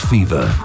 Fever